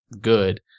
good